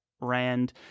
rand